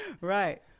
Right